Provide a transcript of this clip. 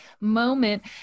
moment